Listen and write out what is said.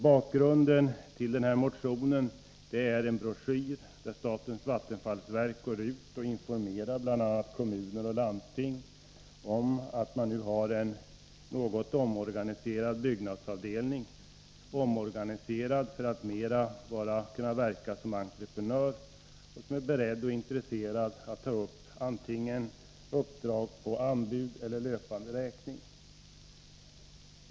Bakgrunden till motionen är en broschyr, där statens vattenfallsverk går ut och informerar bl.a. kommuner och landsting om att man nu har något omorganiserat byggnadsavdelningen, så att denna i större utsträckning skall kunna verka som entreprenör. Det står att den är beredd att åta sig uppdrag på basis av antingen anbud eller löpande räkning.